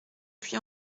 puy